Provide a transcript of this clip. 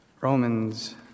Romans